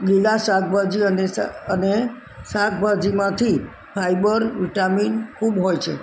લીલાં શાકભાજી અને શાકભાજીમાંથી ફાયબર વિટામિન ખૂબ હોય છે